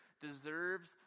deserves